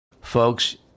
folks